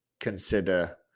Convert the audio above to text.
consider